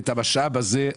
והמשאב הזה,